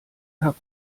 herr